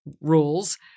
rules